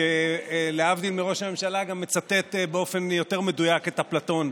שלהבדיל מראש הממשלה גם מצטט באופן יותר מדויק את אפלטון,